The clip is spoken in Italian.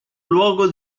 luogo